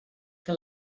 que